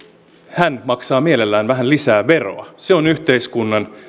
hän maksaa mielellään vähän lisää veroa se on yhteiskunnan